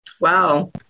Wow